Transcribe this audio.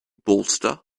bolster